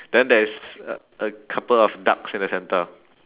then there is a a couple of ducks in the centre